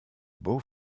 beau